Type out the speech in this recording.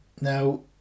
Now